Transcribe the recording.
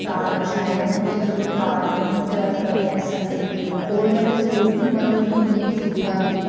टाट बछाए हून दे चलो टाट निं हून ते अज्जकल डेस्क आई चुके दे न गौरमेंट स्कूल बी मतलब कि हून सुविधा बी